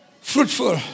Fruitful